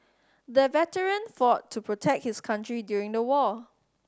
the veteran fought to protect his country during the war